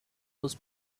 those